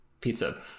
pizza